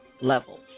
levels